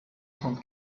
trente